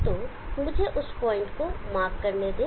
तो मुझे उस प्वाइंट को मार्क करने दें